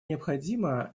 необходимо